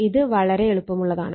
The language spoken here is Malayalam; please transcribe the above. ഇത് വളരെ എളുപ്പമുള്ളതാണ്